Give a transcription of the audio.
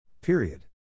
Period